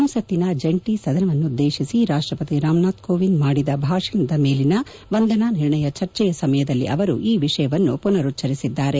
ಸಂಸತ್ತಿನ ಜಂಟಿ ಸದನವನ್ನುದ್ದೇತಿಸಿ ರಾಷ್ಲಪತಿ ರಾಮನಾಥ್ ಕೋವಿಂದ್ ಮಾಡಿದ ಭಾಷಣದ ಮೇಲಿನ ವಂದನಾ ನಿರ್ಣಯ ಚರ್ಚೆಯ ಸಮಯಲ್ಲಿ ಅವರು ಈ ವಿಷಯವನ್ನು ಮನರುಜ್ವರಿಸಿದ್ದಾರೆ